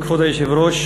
כבוד היושב-ראש,